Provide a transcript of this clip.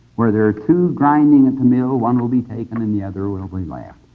where there to grinding at the mill one will be taken and the other will be left.